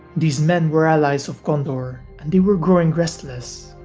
these men were allies of gondor and they were growing restless,